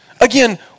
Again